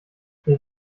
der